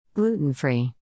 Gluten-free